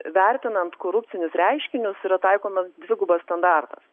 vertinant korupcinius reiškinius yra taikomas dvigubas standartas